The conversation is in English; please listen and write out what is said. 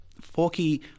Forky